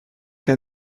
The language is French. qu’à